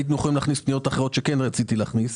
היינו יכולים להכניס פניות אחרות שכן רציתי להכניס,